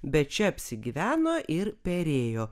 bet čia apsigyveno ir perėjo